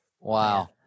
wow